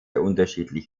unterschiedlich